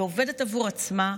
היא עובדת עבור עצמה,